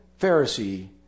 Pharisee